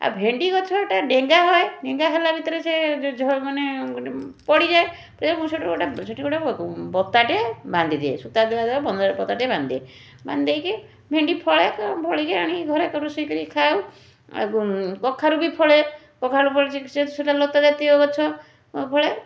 ଆଉ ଭେଣ୍ଡି ଗଛଟା ଡେଙ୍ଗା ହୁଏ ଡେଙ୍ଗା ହେଲା ଭିତରେ ସେ ମାନେ ପଡ଼ିଯାଏ ପଡ଼ିଯାଏ ମୁଁ ସେଇଠୁ ଗୋଟେ ସେଇଠି ଗୋଟେ ବ ବତାଟେ ବାନ୍ଧି ଦିଏ ସୂତା ଦ୍ୱାରା ବତାଟିଏ ବାନ୍ଧିଦିଏ ବାନ୍ଧି ଦେଇକି ଭେଣ୍ଡି ଫଳେ ଫଳିକି ଆଣି ଘରେ ରୋଷେଇ କରିକି ଖାଉ ଆଉ କଖାରୁ ବି ଫଳେ କଖାରୁ ଫଳିଛି ସେ ସେଇଟା ଲତାଜାତୀୟ ଗଛ ଫ ଫଳେ